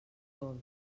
dolç